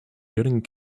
getting